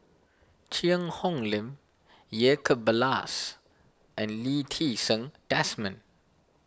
Cheang Hong Lim Jacob Ballas and Lee Ti Seng Desmond